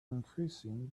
increasing